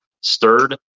stirred